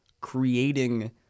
creating